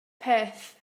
peth